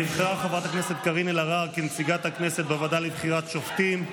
נבחרה חברת הכנסת קארין אלהרר כנציגת הכנסת בוועדה לבחירת שופטים.